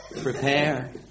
prepare